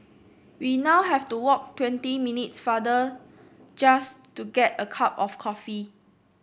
we now have to walk twenty minutes farther just to get a cup of coffee